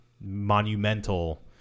monumental